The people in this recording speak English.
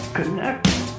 Connect